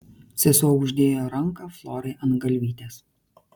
sesuo uždėjo ranką florai ant galvytės